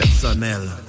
personnel